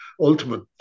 ultimate